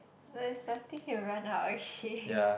but is starting to run out already